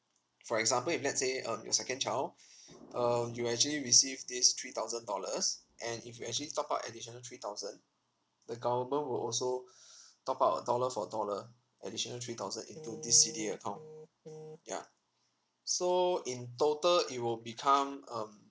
for example if let's say um your second child um you actually received this three thousand dollars and if you actually top up additional three thousand the government will also top up uh dollar for dollar additional three thousand into this C_D_A account yeah so in total it will become um